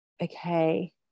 okay